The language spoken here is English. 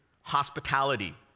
hospitality